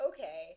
Okay